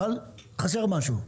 אבל חסר משהו.